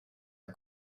are